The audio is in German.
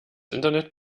internet